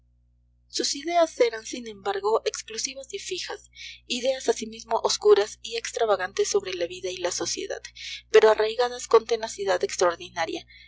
sus ideas eran sin embargo exclusivas y fijas ideas asimismo oscuras y extravagantes sobre la vida y la sociedad pero arraigadas con tenacidad extraordinaria